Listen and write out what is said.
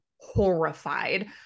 horrified